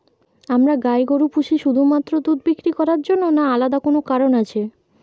আমরা গাই গরু পুষি শুধুমাত্র দুধ বিক্রি করার জন্য না আলাদা কোনো কারণ আছে?